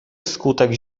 wskutek